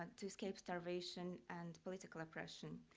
um to escape starvation and political oppression,